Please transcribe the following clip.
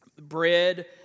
bread